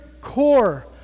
core